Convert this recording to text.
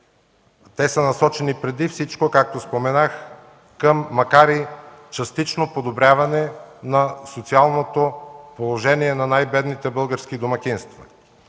Те са насочени преди всичко, както споменах, към макар и частично подобряване на социалното положение на най-бедните български домакинства.